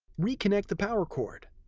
reconnect the power cord.